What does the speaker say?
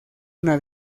una